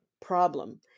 problem